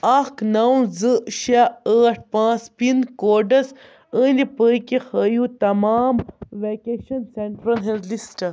اَکھ نَو زٕ شےٚ ٲٹھ پانٛژھ پِن کوڈَس أنٛدۍ پٔکہِ ہٲیِو تمام وٮ۪کیشَن سٮ۪نٛٹرٛن ہِنٛز لِسٹ